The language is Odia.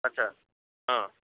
ଆଚ୍ଛା ହଁ